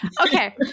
Okay